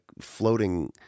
floating